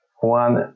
one